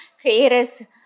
creators